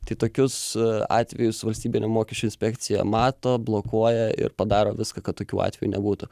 tai tokius atvejus valstybinė mokesčių inspekcija mato blokuoja ir padaro viską kad tokių atvejų nebūtų